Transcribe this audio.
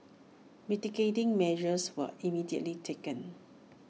mitigating measures were immediately taken